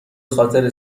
خاطر